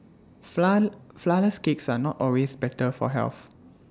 Flourless Cakes are not always better for health